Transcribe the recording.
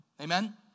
Amen